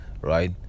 right